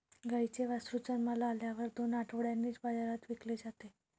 गाईचे वासरू जन्माला आल्यानंतर दोन आठवड्यांनीच बाजारात विकले जाते